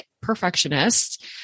perfectionist